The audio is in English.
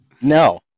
No